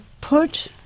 put